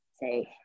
say